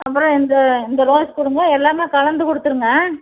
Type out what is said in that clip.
அப்புறம் இந்த இந்த ரோஸ் கொடுங்க எல்லாமே கலந்து கொடுத்துருங்க